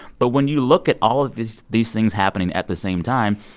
but when you look at all of these these things happening at the same time,